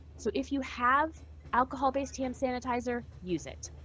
so if you have alcohol-based hand sanitizer, use it.